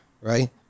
right